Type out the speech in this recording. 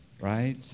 right